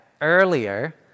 earlier